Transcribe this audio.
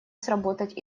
сработать